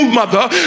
mother